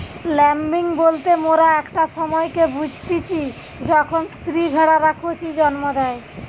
lambing বলতে মোরা একটা সময়কে বুঝতিচী যখন স্ত্রী ভেড়ারা কচি জন্ম দেয়